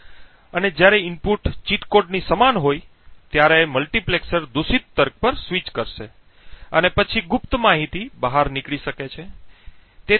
અને જ્યારે input cheat કોડની સમાન હોય ત્યારે મલ્ટિપ્લેક્સર દૂષિત તર્ક પર સ્વિચ કરશે અને પછી ગુપ્ત માહિતી બહાર નીકળી શકે છે